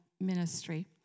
ministry